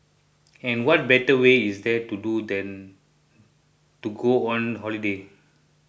and what better way is there to do than to go on holiday